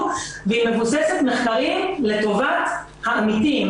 והיא מבוססת מחקרים לטובת העמיתים.